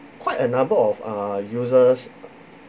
quite a number of uh users